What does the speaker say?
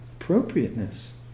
appropriateness